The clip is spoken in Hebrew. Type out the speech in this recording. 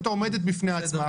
הסתייגות עומדת בפני עצמה,